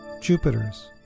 Jupiter's